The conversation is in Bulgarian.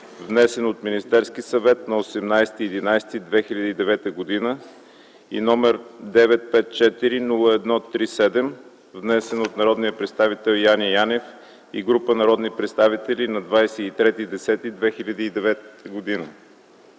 внесен от Министерския съвет на 18.11.2009 г., и № 954-01-37, внесен от народния представител Яне Янев и група народни представители на 23.10.2009 г.